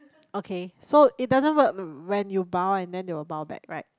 okay so it doesn't work when you bow and then they'll bow back right